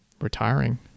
retiring